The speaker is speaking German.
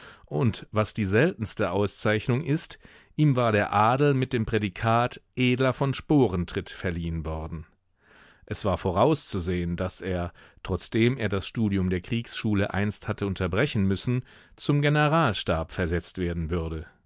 und was die seltenste auszeichnung ist ihm war der adel mit dem prädikat edler von sporentritt verliehen worden es war vorauszusehen daß er trotzdem er das studium der kriegsschule einst hatte unterbrechen müssen zum generalstab versetzt werden würde